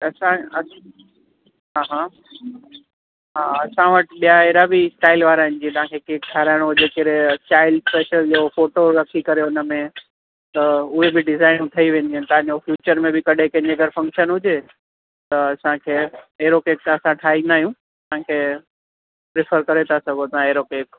असां अच्छ हा हा हा असां वटि ॿिया अहिड़ा बि स्टाइल वारा आहिनि जीअं तव्हांखे केक ठहाराइणो हुजे कहिड़े चाइल्ड स्पेशल जो फ़ोटो रखी करे हुनमें त उहे बि डिजाइनूं ठही वेंदियूं आहिनि तव्हांजो फ़्यूचर में बि कॾहिं कंहिंजे घर फंक्शन हुजे त असांखे अहिड़ो केक त असां ठाहींदा आहियूं कंहिंखे प्रिफ़र करे था सघो तव्हां अहिड़ो केक